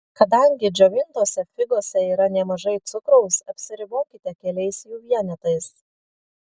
kadangi džiovintose figose yra nemažai cukraus apsiribokite keliais jų vienetais